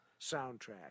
soundtrack